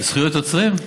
זכויות יוצרים?